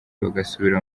bagasubira